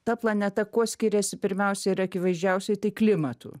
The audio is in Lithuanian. ta planeta kuo skiriasi pirmiausia ir akivaizdžiausiai tai klimatu